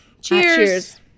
Cheers